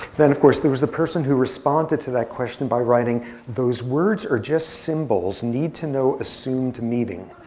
then of course, there was the person who responded to that question by writing those words are just symbols. need to know assumed meaning.